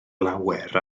lawer